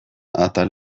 atal